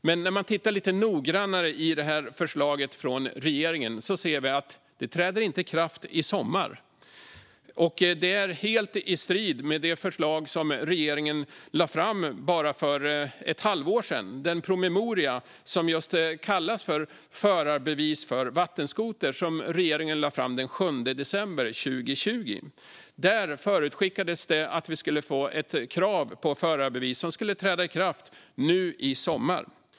Men när man tittar lite noggrannare på förslaget från regeringen ser man att det inte träder i kraft i sommar. Det är helt i strid med det förslag som regeringen lade fram för bara ett halvår sedan. I den promemoria som kallats just Förarbevis för vattenskoter , som regeringen lade fram den 7 december 2020, förutskickades att ett krav på förarbevis skulle träda i kraft nu i sommar.